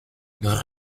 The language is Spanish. los